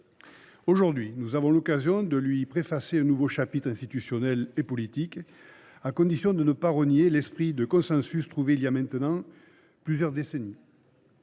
Aujourd’hui, nous avons l’occasion d’écrire un nouveau chapitre institutionnel et politique, à condition de ne pas renier l’esprit de consensus trouvé voilà maintenant plusieurs décennies.